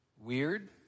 Weird